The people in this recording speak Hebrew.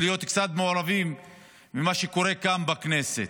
ולהיות קצת מעורבים במה שקורה כאן בכנסת.